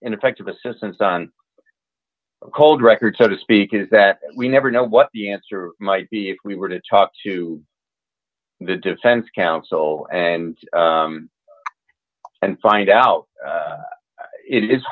ineffective assistance on a cold record so to speak is that we never know what the answer might be if we were to talk to the defense counsel and and find out it i